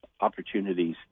opportunities